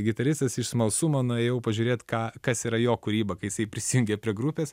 gitaristas iš smalsumo nuėjau pažiūrėt ką kas yra jo kūryba kai jisai prisijungė prie grupės